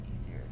easier